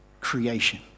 creation